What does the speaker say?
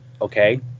Okay